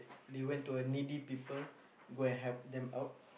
they went to a needy people go and help them out